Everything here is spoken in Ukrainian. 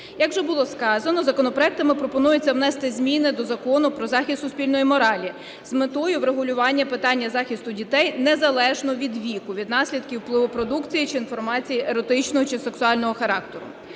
Як вже було сказано, законопроектами пропонується внести зміни до Закону "Про захист суспільної моралі" з метою врегулювання питання захисту дітей незалежно від віку від наслідків впливу продукції чи інформації еротичного чи сексуального характеру.